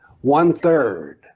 one-third